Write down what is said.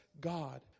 God